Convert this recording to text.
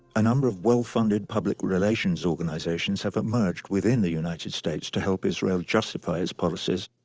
a number of well-funded public relations organizations have emerged within the united states to help israel justify its policies,